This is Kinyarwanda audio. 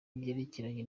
byerekeranye